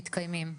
מתקיימים?